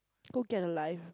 go get a life